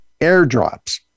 airdrops